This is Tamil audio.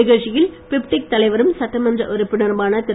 நிகழ்ச்சியில் பிப்டிக் தலைவரும் சட்டமன்ற உறுப்பினருமான திரு